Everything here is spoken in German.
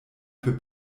für